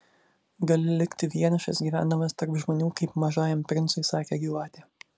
gali likti vienišas gyvendamas tarp žmonių kaip mažajam princui sakė gyvatė